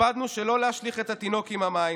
הקפדנו שלא להשליך את התינוק עם המים,